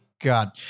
God